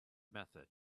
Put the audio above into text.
method